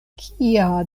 kia